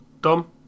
Dom